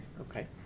Okay